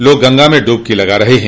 लोग गंगा में डुबकी लगा रहे है